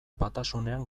batasunean